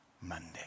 Monday